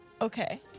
Okay